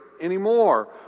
anymore